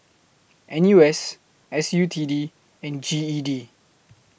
N U S S U T D and G E D